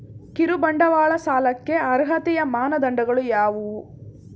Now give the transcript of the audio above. ಕಿರುಬಂಡವಾಳ ಸಾಲಕ್ಕೆ ಅರ್ಹತೆಯ ಮಾನದಂಡಗಳು ಯಾವುವು?